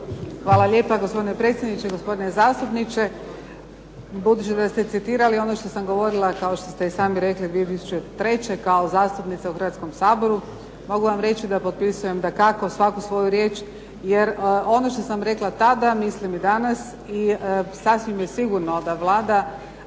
Hvala lijepa gospodine predsjedniče. Gospodine zastupniče, budući da ste citirali ono što sam govorila kao što se i sami rekli 2003. kao zastupnica u Hrvatskom saboru, mogu vam reći da potpisujem dakako svaku svoju riječ jer ono što sam rekla tada, mislim i danas, i sasvim je sigurno da Vlada